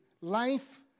life